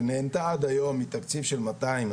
שנהנתה עד היום מתקציב של מאתיים,